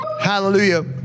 Hallelujah